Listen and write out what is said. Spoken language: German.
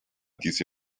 diese